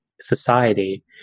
society